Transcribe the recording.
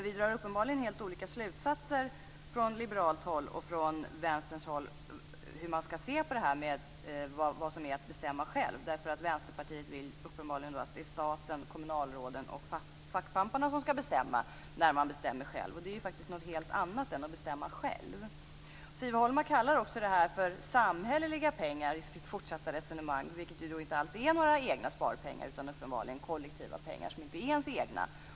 Vi drar uppenbarligen helt olika slutsatser från liberalt håll och från vänsterhåll om hur man skall se på vad detta att bestämma själv är. Vänsterpartiet vill uppenbarligen att staten, kommunalråden och fackpamparna skall bestämma när man bestämmer själv. Det är faktiskt något helt annat än att bestämma själv. I sitt fortsatta resonemang kallar Siv Holma det här för samhälleliga pengar, som inte alls är några egna sparpengar utan uppenbarligen kollektiva pengar som inte är ens egna.